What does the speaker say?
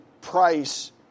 price